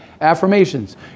Affirmations